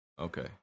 Okay